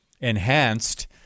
enhanced